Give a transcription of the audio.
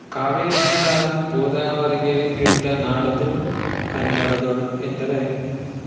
ಕಾವೇರಿಯಿಂದ ಗೋದಾವರಿಗೆ ಇರ್ದ ನಾಡದು ಕನ್ನಡದೊಳ್ ಎಂದರೆ